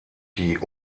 die